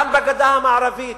גם בגדה המערבית.